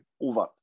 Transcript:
over